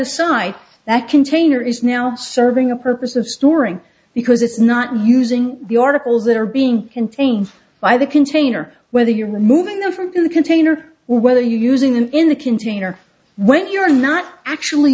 aside that container is now serving a purpose of storing because it's not using the articles that are being contained by the container whether you're moving them from the container whether you're using them in the container when you're not actually